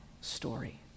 story